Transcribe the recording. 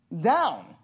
down